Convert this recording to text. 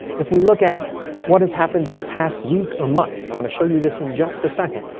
if we look at what has happened this past week or month. i'm going to show you this in just a second.